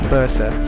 Bursa